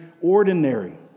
ordinary